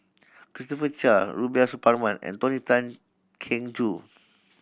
Christopher Chia Rubiah Suparman and Tony Tan Keng Joo